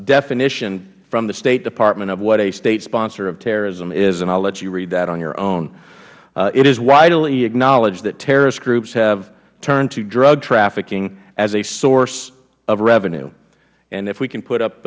definition from the state department of what a state sponsor of terrorism is and i will let you read that on your own it is widely acknowledged that terrorist groups have turned to drug trafficking as a source of revenue and if we can put up